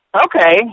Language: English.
Okay